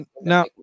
Now